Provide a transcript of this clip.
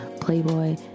Playboy